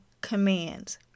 commands